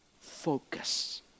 focus